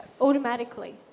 automatically